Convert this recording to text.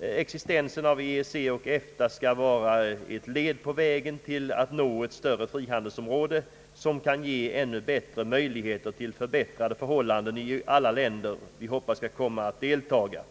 existensen av EEC och EFTA skall vara ett led på vägen till att nå ett större frihandelsområde som kan ge ökade möjligheter till förbättrade förhållanden i alla länder som vi hoppas skall komma att deltaga.